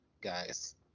guys